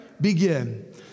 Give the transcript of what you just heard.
Begin